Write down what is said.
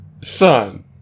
Son